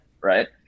Right